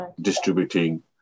distributing